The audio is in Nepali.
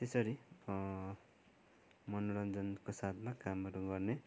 त्यसरी मनोरञ्जनको साथमा कामहरू गर्ने